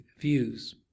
views